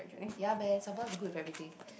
ya man sambal is good with everything